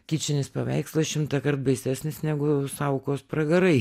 kičinis paveikslas šimtąkart baisesnis negu saukos pragarai